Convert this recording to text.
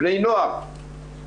בני נוער,